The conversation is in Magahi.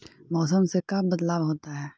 मौसम से का बदलाव होता है?